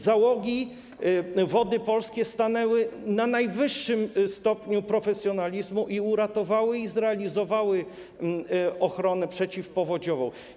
Załogi, Wody Polskie osiągnęły najwyższy stopień profesjonalizmu i uratowały, i zrealizowały ochronę przeciwpowodziową.